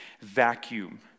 vacuum